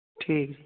ਠੀਕ